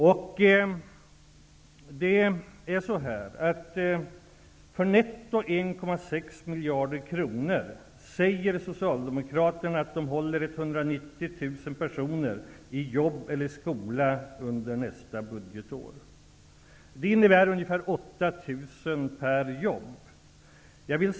För netto 1,6 miljarder kronor håller Socialdemokraterna, säger de, 190 000 personer i jobb eller utbildning under nästa budgetår. Det innebär ungefär 8 000 kronor per jobb.